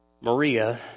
Maria